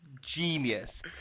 genius